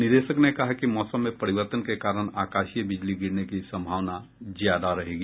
निदेशक ने कहा कि मौसम में परिवर्तन के कारण आकाशीय बिजली गिरने की सम्भावना ज्यादा रहेगी